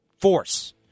force